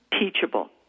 teachable